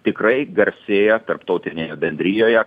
tikrai garsėja tarptautinėje bendrijoje